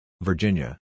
Virginia